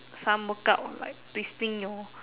some workout like twisting your